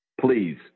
please